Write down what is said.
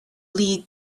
league